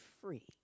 free